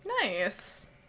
Nice